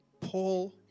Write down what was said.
Paul